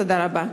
תודה רבה.